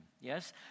yes